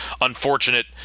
unfortunate